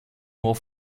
more